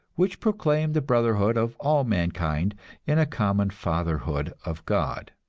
which proclaimed the brotherhood of all mankind in a common fatherhood of god.